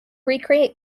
recreate